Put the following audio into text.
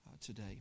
today